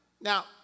Now